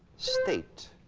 state.